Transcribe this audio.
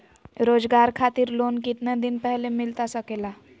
रोजगार खातिर लोन कितने दिन पहले मिलता सके ला?